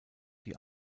die